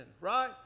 right